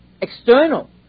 External